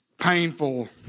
painful